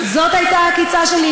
זאת הייתה העקיצה שלי.